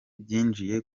byinjiye